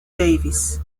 davis